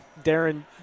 Darren